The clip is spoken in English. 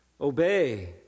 obey